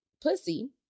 pussy